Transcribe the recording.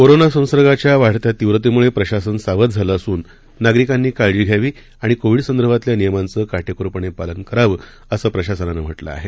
corona संसर्गाच्या वाढत्या तीव्रतेमुळे प्रशासन सावध झालं असून नागरिकांनी काळजी घ्यावी आणि कोविडसंदर्भातल्या नियमांचं काटेकोरपणे पालन करावं असं प्रशासनानं म्हटलं आहे